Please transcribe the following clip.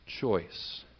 choice